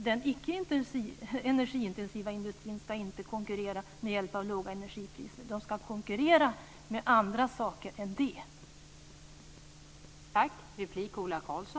Den icke energiintensiva industrin ska inte konkurrera med hjälp av låga energipriser, den ska konkurrera med annat.